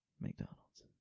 McDonald's